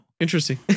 Interesting